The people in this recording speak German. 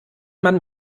man